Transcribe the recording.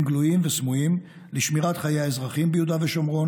גלויים וסמויים לשמירת חיי האזרחים ביהודה ושומרון